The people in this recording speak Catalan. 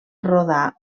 rodar